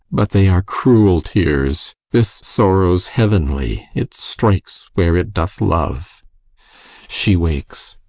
but they are cruel tears this sorrow's heavenly it strikes where it doth love she wakes.